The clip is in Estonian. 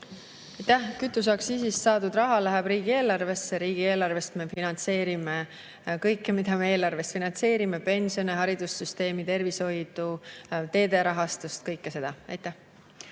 Aitäh! Kütuseaktsiisist saadud raha läheb riigieelarvesse. Riigieelarvest me finantseerime kõike, mida me eelarvest finantseerime: pensione, haridussüsteemi, tervishoidu, teede rahastust, kõike seda.